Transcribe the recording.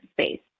space